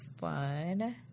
fun